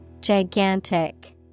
Gigantic